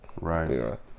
Right